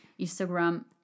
instagram